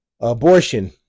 Abortion